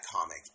comic